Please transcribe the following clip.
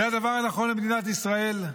זה הדבר הנכון למדינת ישראל,